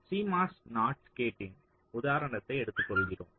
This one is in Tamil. CMOS நாட் கேட்டின் உதாரணத்தை எடுத்துக்கொள்கிறோம்